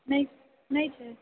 नहि नहि छै